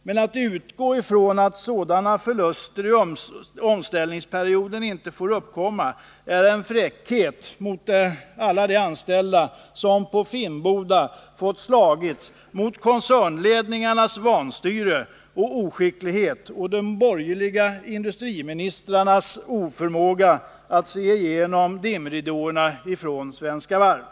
Men att utgå från att förluster i omställningsperioden inte får uppkomma är en fräckhet mot alla de anställda som på Finnboda har fått slåss mot koncernledningars vanstyre och oskicklighet och de borgerliga industriministrarnas oförmåga att se igenom dimridåerna från Svenska Varv.